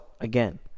again